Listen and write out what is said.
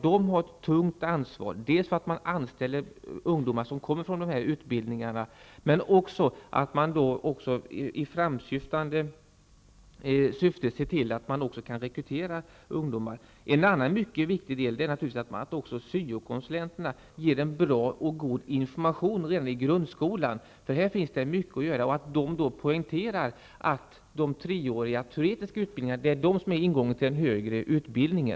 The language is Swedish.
De har ett tungt ansvar för att dels anställa ungdomar som kommer från dessa utbildningar, dels se till att man i framtiden också kan rekrytera ungdomar. En annan mycket viktig del är naturligtvis att också syo-konsulenterna ger en bra och god information redan i grundskolan. Här finns det mycket att göra. De måste poängtera att de treåriga teoretiska linjerna är ingången till den högre utbildningen.